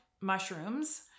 mushrooms